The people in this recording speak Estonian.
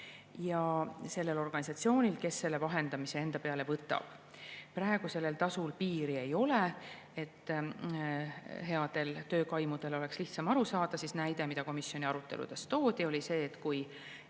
tasu sellel organisatsioonil, kes vahendamise enda peale võtab. Praegu sellel tasul piiri ei ole. Et headel töökaimudel oleks lihtsam aru saada, siis näide, mida komisjoni aruteludes toodi, oli see, et kui